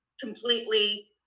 completely